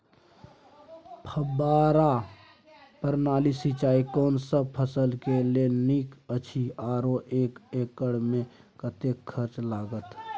फब्बारा प्रणाली सिंचाई कोनसब फसल के लेल नीक अछि आरो एक एकर मे कतेक खर्च लागत?